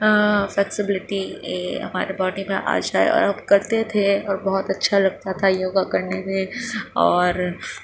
flexibility ہمارے body میں آ جائے اور ہم کرتے تھے اور بہت اچھا لگتا تھا یوگا کرنے میں اور